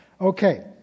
Okay